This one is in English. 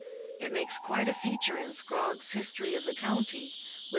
it makes quite a feature in scrogg's history of the county,